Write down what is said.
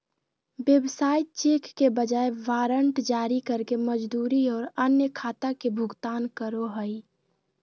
व्यवसाय चेक के बजाय वारंट जारी करके मजदूरी और अन्य खाता के भुगतान करो हइ